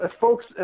folks